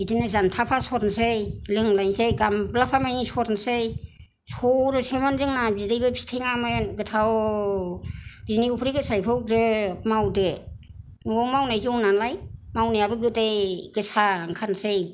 बेबादिनो जानथाफा सरनोसै लोंलायनसै गामलाफा मानि सरनोसै सरोसोमोन जोंना बिदैबो फिथेङामोन गोथाव बिनि अफ्रि गोसायखौ ग्रोब मावदो न'आव मावनाय जौ नालाय मावनायाबो गोदै गोसा ओंखारसै